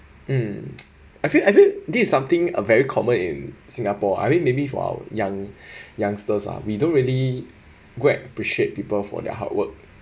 mm I feel I feel this is something a very common in singapore ah I mean maybe for our young youngsters ah we don't really go and appreciate people for their hard work